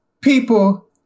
People